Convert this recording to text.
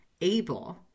able